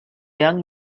young